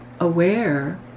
aware